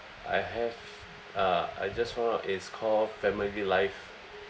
I have uh I just found out it's called family life